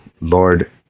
Lord